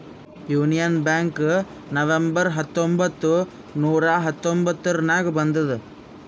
union Bank November ಹತ್ತೊಂಬತ್ತ್ ನೂರಾ ಹತೊಂಬತ್ತುರ್ನಾಗ್ ಬಂದುದ್